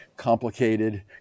Complicated